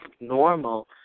normal